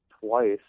twice